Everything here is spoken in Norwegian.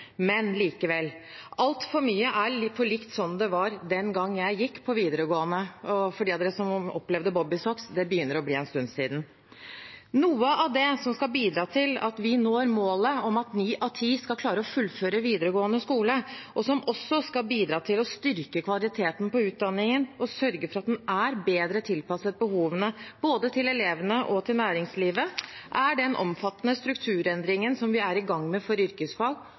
Men likevel: Altfor mye er slik det var den gangen jeg gikk på videregående, og de som opplevde Bobbysocks, vet at det begynner å bli en stund siden. Noe av det som skal bidra til at vi når målet om at ni av ti skal klare å fullføre videregående skole, og som også skal bidra til å styrke kvaliteten på utdanningen og sørge for at den er bedre tilpasset både elevenes og næringslivets behov, er den omfattende strukturendringen som vi er i gang med for yrkesfag,